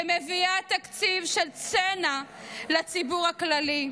שמביאה תקציב של צנע לציבור הכללי,